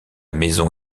maison